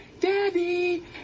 daddy